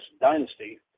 Dynasty